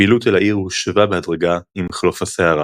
הפעילות אל העיר הושבה בהדרגה עם חלוף הסערה.